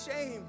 shame